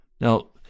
Now